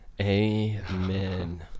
Amen